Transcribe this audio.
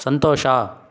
ಸಂತೋಷ